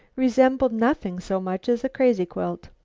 resembled nothing so much as a crazy-quilt.